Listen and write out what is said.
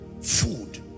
food